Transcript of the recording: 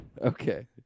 Okay